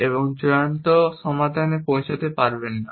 এবং চূড়ান্ত সমাধানে পৌঁছাতে পারবেন না